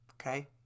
Okay